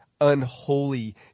unholy